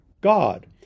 God